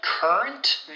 Current